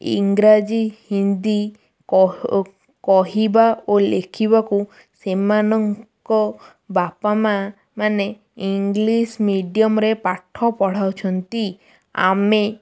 ଇଂରାଜୀ ହିନ୍ଦୀ କହିବା ଓ ଲେଖିବାକୁ ସେମାନଙ୍କ ବାପା ମାଆମାନେ ଇଂଲିଶ ମିଡ଼ିଅମ୍ରେ ପାଠ ପଢ଼ାଉଛନ୍ତି ଆମେ